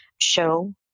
show